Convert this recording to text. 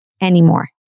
anymore